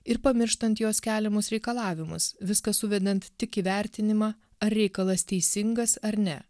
ir pamirštant jos keliamus reikalavimus viską suvedant tik į vertinimą ar reikalas teisingas ar ne